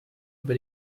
über